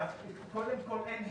קודם כל, אין חיוב.